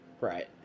Right